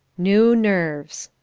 new nerves.